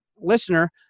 listener